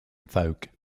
folk